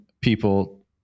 people